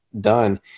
done